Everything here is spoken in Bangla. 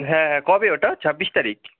হ্যাঁ হ্যাঁ কবে ওটা ছাব্বিশ তারিখ